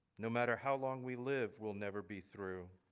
no matter how long we live will never be through.